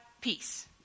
peace